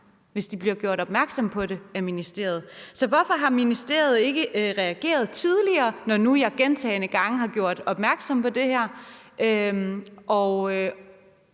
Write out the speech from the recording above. hvis de bliver gjort opmærksom på det af ministeriet. Så hvorfor har ministeriet ikke reageret tidligere, når jeg nu gentagne gange har gjort opmærksom på det her?